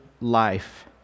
life